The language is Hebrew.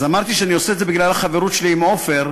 אז אמרתי שאני עושה את זה בגלל החברות שלי עם עפר.